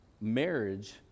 Marriage